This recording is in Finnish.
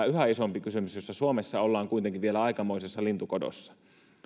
yhä isompi kysymys jossa suomessa ollaan kuitenkin vielä aikamoisessa lintukodossa